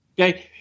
Okay